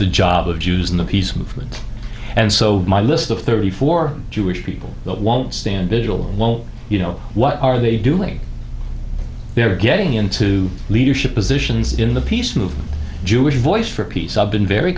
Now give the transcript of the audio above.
the job of jews in the peace movement and so my list of thirty four jewish people that won't stand vigil won't you know what are they doing they're getting into leadership positions in the peace movement jewish voice for peace i've been very